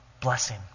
blessing